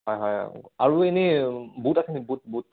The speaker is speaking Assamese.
হয় হয় আৰু এনেই বুট আছে নেকি বুট বুট